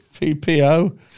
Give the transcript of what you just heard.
PPO